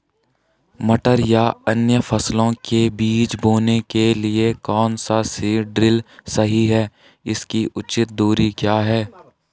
मटर या अन्य फसलों के बीज बोने के लिए कौन सा सीड ड्रील सही है इसकी उचित दूरी क्या है?